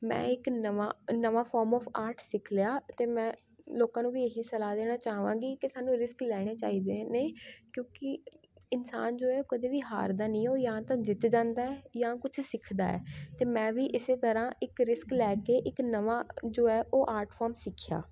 ਮੈਂ ਇੱਕ ਨਵਾਂ ਨਵਾਂ ਫੌਮ ਔਫ ਆਰਟ ਸਿੱਖ ਲਿਆ ਅਤੇ ਮੈਂ ਲੋਕਾਂ ਨੂੰ ਵੀ ਇਹ ਹੀ ਸਲਾਹ ਦੇਣਾ ਚਾਹਵਾਂਗੀ ਕਿ ਸਾਨੂੰ ਰਿਸਕ ਲੈਣੇ ਚਾਹੀਦੇ ਨੇ ਕਿਉਂਕਿ ਇਨਸਾਨ ਜੋ ਹੈ ਉਹ ਕਦੇ ਵੀ ਹਾਰਦਾ ਨਹੀਂ ਹੈ ਉਹ ਜਾਂ ਤਾਂ ਜਿੱਤ ਜਾਂਦਾ ਹੈ ਜਾਂ ਕੁਛ ਸਿੱਖਦਾ ਹੈ ਅਤੇ ਮੈਂ ਵੀ ਇਸੇ ਤਰ੍ਹਾਂ ਇੱਕ ਰਿਸਕ ਲੈ ਕੇ ਇੱਕ ਨਵਾਂ ਜੋ ਹੈ ਉਹ ਆਰਟ ਫੌਮ ਸਿੱਖਿਆ